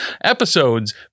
episodes